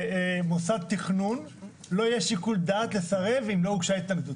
שלמוסד תכנון לא יהיה שיקול דעת לסרב אם לא הוגשה התנגדות.